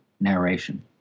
narration